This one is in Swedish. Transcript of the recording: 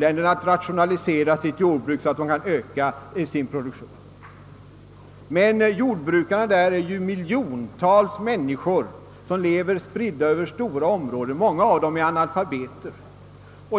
dessa till att rationalisera sitt jordbruk så att de kan öka sin produktion. Men jordbrukarna där är miljontals människor som lever spridda över stora områden. Många av dem är analfabeter.